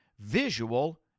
visual